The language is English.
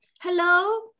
hello